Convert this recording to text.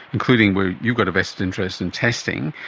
including where you've got a vested interest in testing,